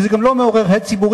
וזה גם לא מעורר הד ציבורי,